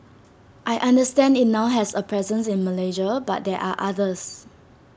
I understand IT now has A presence in Malaysia but there are others